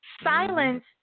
Silence